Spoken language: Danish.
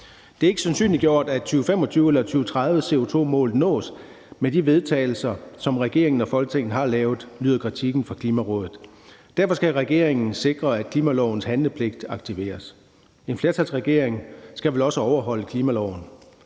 Det er ikke sandsynliggjort, at 2025- eller 2030-CO2-målet nås med de vedtagelser, som regeringen og Folketinget har lavet, lyder kritikken fra Klimarådet. Derfor skal regeringen sikre, at klimalovens handlepligt aktiveres. En flertalsregering skal vel også overholde klimaloven?